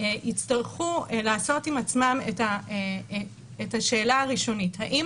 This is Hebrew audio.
יצטרכו לעשות עם עצמם את השאלה הראשונית: האם